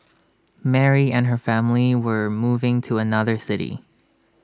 Mary and her family were moving to another city